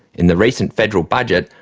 in the recent federal budget,